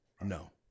No